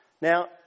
Now